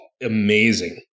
amazing